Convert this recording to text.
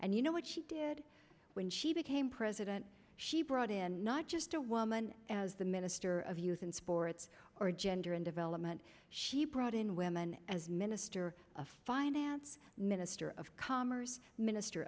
and you know what she did when she became president she brought in not just a woman as the minister of youth and sports or gender and development she brought in women as minister of finance minister of commerce minister